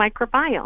microbiome